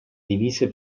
divise